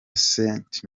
sainte